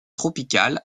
tropical